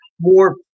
more